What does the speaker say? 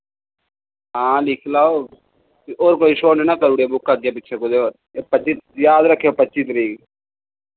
हां लिखी लाओ फ्ही और कोई शो नि ना करूड़ेयो बुक अग्गै पिच्छै कुते होर एह् पच्ची याद रक्खएओ पच्ची तरीक